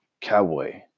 cowboy